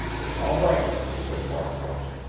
it's all right, said barkhouse.